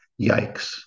yikes